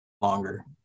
longer